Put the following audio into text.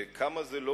וכמה זה לא